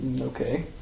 Okay